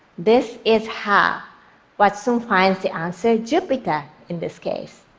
this is how watson finds the answer jupiter, in this case.